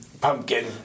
pumpkin